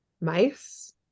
mice